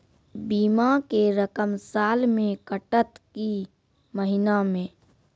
बीमा के रकम साल मे कटत कि महीना मे?